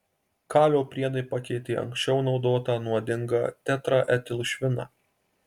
kalio priedai pakeitė anksčiau naudotą nuodingą tetraetilšviną